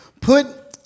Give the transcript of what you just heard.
Put